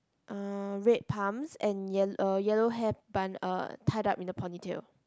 uh red pumps and yel~ uh yellow hair bun uh tied up in a ponytail